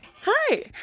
Hi